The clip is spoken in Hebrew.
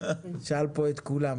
תשאל פה את כולם.